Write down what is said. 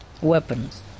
Weapons